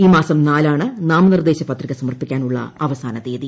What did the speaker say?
ഈ മാസം നാലാണ് നാമനിർദ്ദേശപത്രിക സമർപ്പിക്കാനുള്ള അവസാന തീയതി